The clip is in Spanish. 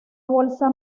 bolsa